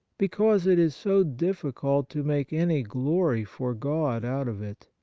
because it is so difficult to make any glory for god out of it.